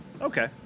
Okay